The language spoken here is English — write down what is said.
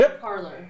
parlor